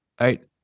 right